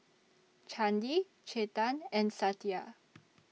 Chandi Chetan and Satya